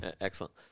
Excellent